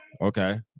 Okay